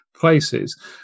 places